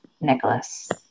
Nicholas